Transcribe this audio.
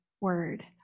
word